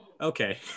Okay